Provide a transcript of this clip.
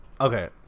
Okay